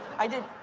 i didn't.